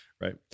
Right